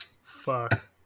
fuck